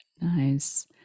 Nice